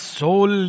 soul